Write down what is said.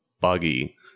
buggy